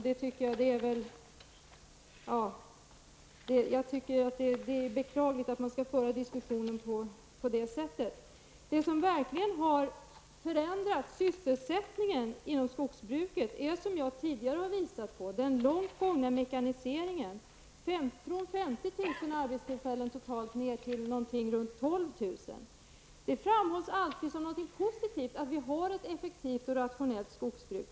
Det är beklagligt att diskussionen skall föras på det här sättet. Som jag långt tidigare har visat är det den långt gångna mekaniseringen som verkligen har förändrat sysselsättningen inom skogsbruket -- från 50 000 arbetstillfällen ner till ca 12 000. Det framhålls alltid som något positivt att vi har ett effektivt och rationellt skogsbruk.